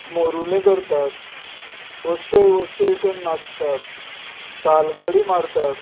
मोरूले करतात ओसय ओसय करून नाचतात तालगडी मारतात